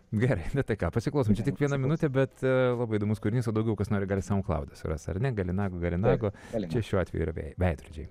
gerai nu tai ką pasiklausom čia tik viena minutė bet labai įdomus kūrinys o daugiau kas nori gali savo aiklauduose rast ar ne galinagu galinagu čia šiuo atveju yra vei veidrodžiai